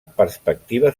perspectiva